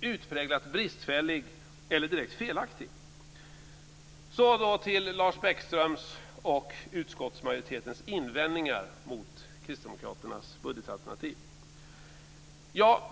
utpräglat bristfällig eller direkt felaktig. Jag går så över till Lars Bäckströms och utskottsmajoritetens invändningar mot Kristdemokraternas budgetalternativ.